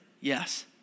yes